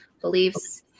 beliefs